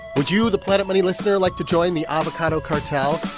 would you, the planet money listener, like to join the avocado cartel?